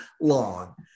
long